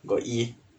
got e